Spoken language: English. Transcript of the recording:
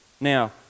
Now